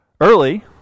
Early